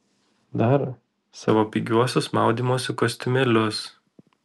dar savo pigiuosius maudymosi kostiumėlius